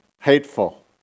hateful